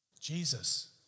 Jesus